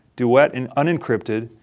duet and unencrypted,